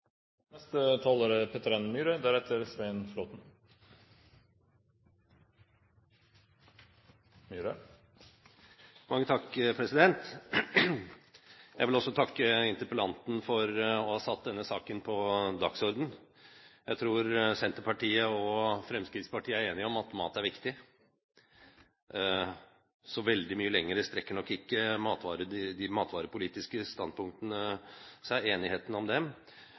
Jeg vil også takke interpellanten for å ha satt denne saken på dagsordenen. Jeg tror Senterpartiet og Fremskrittspartiet er enige om at mat er viktig. Så veldig mye lenger strekker nok ikke de matvarepolitiske standpunktene – og enigheten om dem